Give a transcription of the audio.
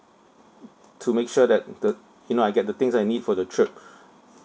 to make sure that the you know I get the things I need for the trip